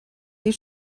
you